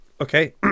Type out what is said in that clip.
Okay